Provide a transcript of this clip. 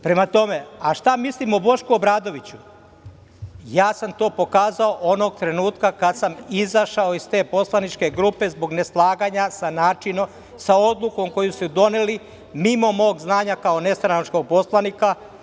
Prema tome, a šta mislim o Bošku Obradoviću, ja sam to pokazao onog trenutka kad sam izašao iz te poslaničke grupe zbog neslaganja sa odlukom koju ste doneli mimo mog znanja, kao nestranačkog poslanika.